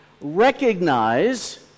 recognize